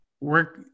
work